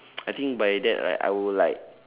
I think by that like I would like